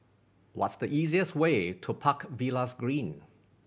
what's the easiest way to Park Villas Green